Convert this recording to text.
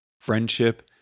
friendship